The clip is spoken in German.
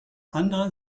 anderen